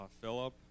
Philip